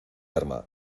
arma